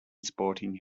sporting